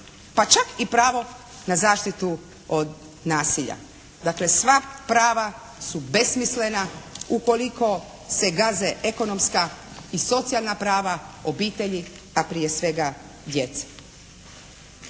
pa čak i pravo na zaštitu od nasilja. Dakle, sva prava su besmislena ukoliko se gaze ekonomska i socijalna prava obitelji, a prije svega djece.